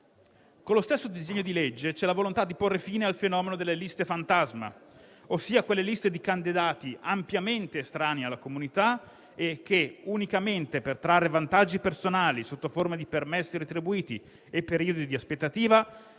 Con lo stesso disegno di legge c'è la volontà di porre fine al fenomeno delle liste fantasma, ossia quelle liste di candidati ampiamente estranei alla comunità e che, unicamente per trarre vantaggi personali sotto forma di permessi retribuiti e periodi di aspettativa,